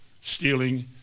stealing